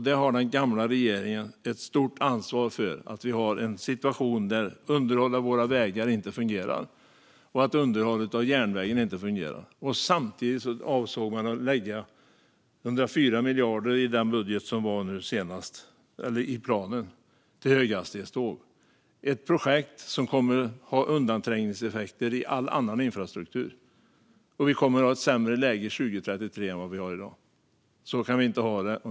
Den gamla regeringen har ett stort ansvar för att vi har en situation där underhåll av våra vägar inte fungerar och där underhåll av järnvägen inte fungerar. Samtidigt avsåg man att lägga 104 miljarder på höghastighetståg i den senaste planen. Det är ett projekt som skulle ha undanträngningseffekter när det gäller all annan infrastruktur. Och vi kommer att ha ett sämre läge 2033 än vad vi har i dag. Så kan vi inte ha det.